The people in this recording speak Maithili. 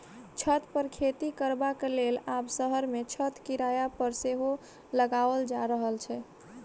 छत पर खेती करबाक लेल आब शहर मे छत किराया पर सेहो लगाओल जा रहल छै